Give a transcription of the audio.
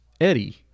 eddie